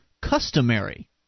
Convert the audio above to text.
customary